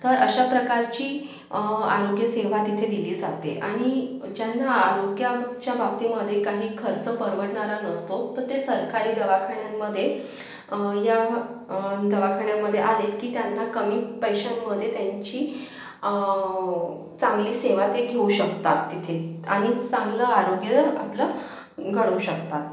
तर अशा प्रकारची आरोग्यसेवा तिथे दिली जाते आणि ज्यांना आरोग्याच्या बाबतीमध्ये काही खर्च परवडणारा नसतो तर ते सरकारी दवाखान्यांमध्ये या दवाखान्यांमध्ये आले की त्यांना कमी पैशांमध्ये त्यांची चांगली सेवा ते घेऊ शकतात तिथे आणि चांगलं आरोग्य आपलं घडवू शकतात